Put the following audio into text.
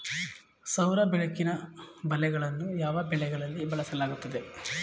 ಸೌರ ಬೆಳಕಿನ ಬಲೆಗಳನ್ನು ಯಾವ ಬೆಳೆಗಳಲ್ಲಿ ಬಳಸಲಾಗುತ್ತದೆ?